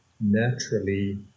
naturally